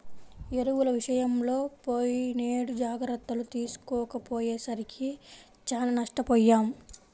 ఎరువుల విషయంలో పోయినేడు జాగర్తలు తీసుకోకపోయేసరికి చానా నష్టపొయ్యాం